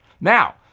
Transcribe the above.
Now